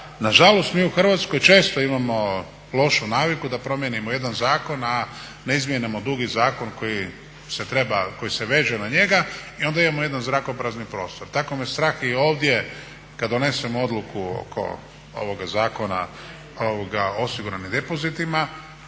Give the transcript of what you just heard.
nažalost mi u Hrvatskoj često imamo lošu naviku da promijenimo jedan zakon, a ne izmijenimo drugi zakon koji se veže na njega i onda imamo jedan zrakoprazni prostor. Tako me strah i ovdje kada donesemo odluku oko ovoga Zakona o osiguranim depozitima